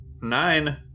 Nine